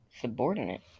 Subordinate